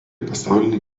pasaulinį